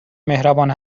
مهربان